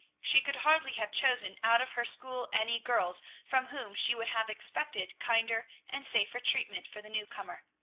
she could hardly have chosen out of her school any girls from whom she would have expected kinder and safer treatment for the new-comer.